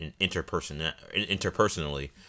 interpersonally